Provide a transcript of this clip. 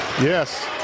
Yes